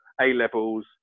A-levels